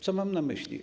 Co mam na myśli?